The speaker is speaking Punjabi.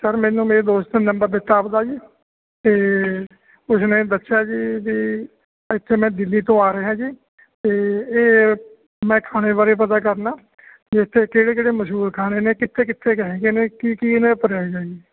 ਸਰ ਮੈਨੂੰ ਮੇਰੇ ਦੋਸਤ ਨੇ ਨੰਬਰ ਦਿੱਤਾ ਆਪ ਦਾ ਜੀ ਅਤੇ ਉਸਨੇ ਦੱਸਿਆ ਜੀ ਵੀ ਇੱਥੇ ਮੈਂ ਦਿੱਲੀ ਤੋਂ ਆ ਰਿਹਾ ਜੀ ਅਤੇ ਇਹ ਮੈਂ ਖਾਣੇ ਬਾਰੇ ਪਤਾ ਕਰਨਾ ਇੱਥੇ ਕਿਹੜੇ ਕਿਹੜੇ ਮਸ਼ਹੂਰ ਖਾਣੇ ਨੇ ਕਿੱਥੇ ਕਿੱਥੇ ਕੁ ਹੈਗੇ ਨੇ ਕੀ ਕੀ ਇਨ੍ਹਾਂ ਦੇ ਪ੍ਰਾਈਜ਼ ਹੈ ਜੀ